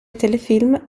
telefilm